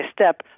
step